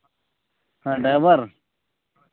ᱦᱮᱸ ᱰᱟᱭᱵᱷᱟᱨ